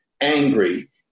angry